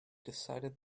decided